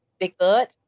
Bigfoot